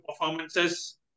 performances